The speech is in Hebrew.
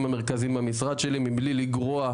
לנגב ומצד שני אני רוצה לומר לך שמבחינתי זו אמירה חדה,